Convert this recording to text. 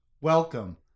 welcome